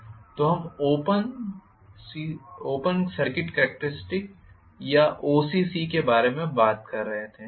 तो हम ओसीसी या ओपन ओपन सर्किट कॅरेक्टरिस्टिक्स के बारे में बात कर रहे थे